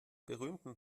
berühmten